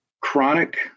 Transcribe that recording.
chronic